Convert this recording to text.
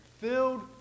filled